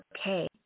okay